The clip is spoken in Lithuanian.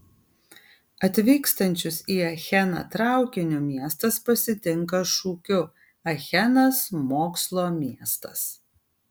atvykstančius į acheną traukiniu miestas pasitinka šūkiu achenas mokslo miestas